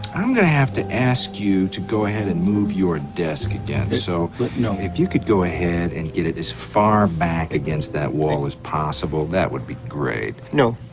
i'm going to have to ask you to go ahead and move your desk again so no so if you could go ahead and get it as far back against that wall as possible, that would be great. no,